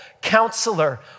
counselor